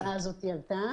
ההצעה הזאת עלתה.